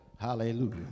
Hallelujah